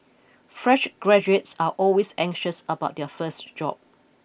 fresh graduates are always anxious about their first job